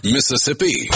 Mississippi